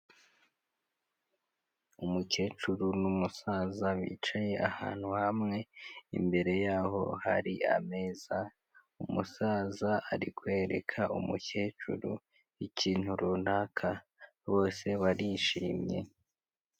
Umukecuru n'umusaza bicaye ahantu hamwe, imbere yabo hari ameza, umusaza ari kwereka umukecuru ikintu runaka, bose barishimye.